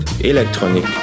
électronique